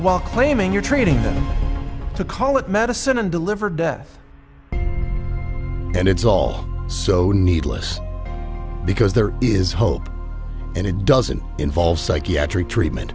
while claiming you're treating them to call it medicine and deliver death and it's all so needless because there is hope and it doesn't involve psychiatric treatment